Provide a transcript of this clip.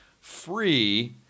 free